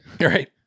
Right